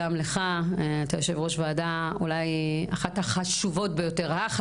אנחנו חייבים להביא את הבשורה ולהתחיל מהילדים.